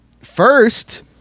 first